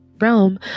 realm